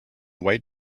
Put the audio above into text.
white